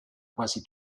quasi